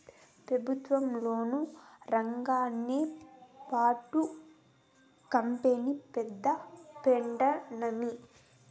పెబుత్వ లోను రాంగానే పట్టు కంపెనీ పెద్ద పెడ్తానమ్మీ